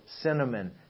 cinnamon